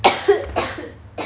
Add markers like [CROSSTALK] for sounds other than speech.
[COUGHS]